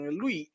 lui